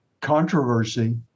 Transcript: controversy